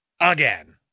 again